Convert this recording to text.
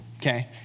Okay